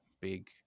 big